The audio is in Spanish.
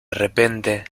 repente